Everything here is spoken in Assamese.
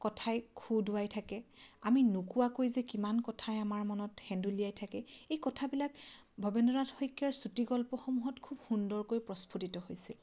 কথাই খু দুৱাই থাকে আমি নোকোৱাকৈ যে কিমান কথাই আমাৰ মনত হেন্দুলীয়াই থাকে এই কথাবিলাক ভৱেন্দ্ৰনাথ শইকীয়াৰ চুটিগল্পসমূহত খুব সুন্দৰকৈ প্ৰস্ফুটিত হৈছিল